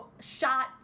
shot